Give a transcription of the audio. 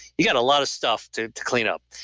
you got a lot of stuff to to clean up.